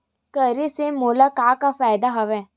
करे से मोला का का फ़ायदा हवय?